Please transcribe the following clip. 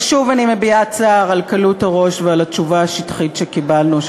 ושוב אני מביעה צער על קלות הראש ועל התשובה השטחית שקיבלנו,